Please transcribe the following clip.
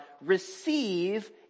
receive